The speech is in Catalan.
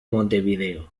montevideo